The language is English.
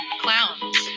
clowns